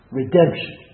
redemption